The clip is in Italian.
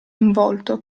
involto